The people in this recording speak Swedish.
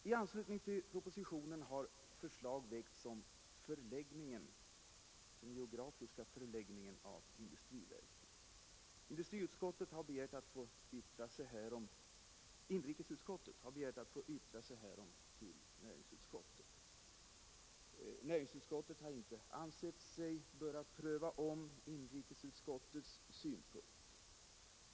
I anslutning till propositionen har förslag väckts om den geografiska förläggningen av industriverket. Inrikesutskottet har begärt att få yttra sig härom till näringsutskottet. Näringsutskottet har inte ansett sig böra ompröva inrikesutskottets redovisade ställningstagande.